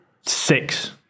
six